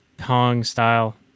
Hong-style